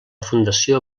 fundació